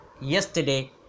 Yesterday